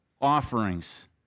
offerings